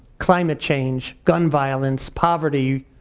climate change, gun violence, poverty,